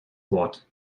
wort